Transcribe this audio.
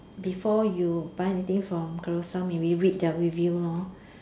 before you buy anything from Carousell maybe read the review lor